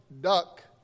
duck